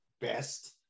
best